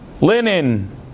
linen